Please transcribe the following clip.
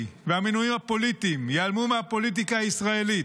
והמינויים הפוליטיים ייעלמו מהפוליטיקה הישראלית.